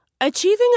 Achieving